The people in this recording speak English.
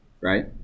Right